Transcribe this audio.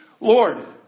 Lord